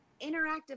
interactive